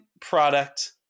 product